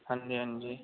ਹਾਂਜੀ ਹਾਂਜੀ